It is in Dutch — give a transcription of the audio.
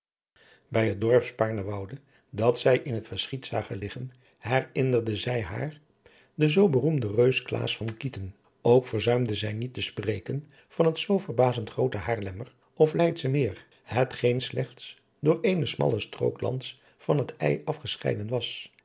bij het oude dorp spaarnwoude dat zij in adriaan loosjes pzn het leven van hillegonda buisman het verschiet zagen liggen herinnerde zij haar den zoo beroemden reus klaas van kieten ook verzuimde zij niet te spreken van het zoo verbazend groote haarlemmer of leidsche meer hetgeen slechts door eene smalle strook lands van het ij afgescheiden was